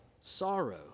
Sorrow